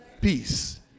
Peace